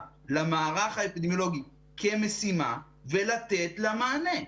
למערך האפידמיולוגי כמשימה ולתת לה מענה.